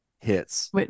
hits